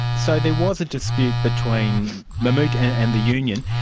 so there was a dispute between mammoet and the union.